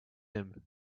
him